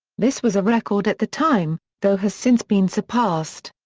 this was a record at the time, though has since been surpassed.